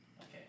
Okay